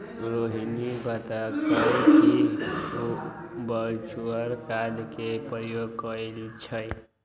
रोहिणी बतलकई कि उ वर्चुअल कार्ड के प्रयोग करई छई